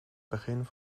begin